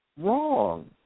wrong